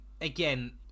Again